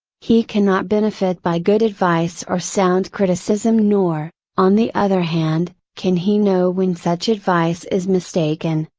he cannot benefit by good advice or sound criticism nor, on the other hand, can he know when such advice is mistaken,